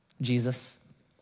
Jesus